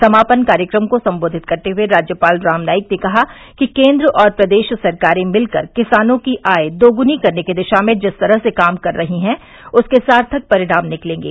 समापन कार्यक्रम को सम्बोधित कस्ते हए राज्यपाल रामनाईक ने कहा कि केन्द्र और प्रदेश सरकारे भिलकर किसानों की आय दोगुनी करने की दिशा में जिस तरह से काम कर रही हैं उसके सार्थक परिणाम निकलेंगे